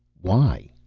why?